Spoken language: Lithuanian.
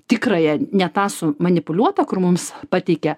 tikrąją ne tą sumanipuliuotą kur mums pateikia